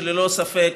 שללא ספק